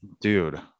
Dude